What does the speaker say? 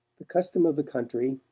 the custom of the country,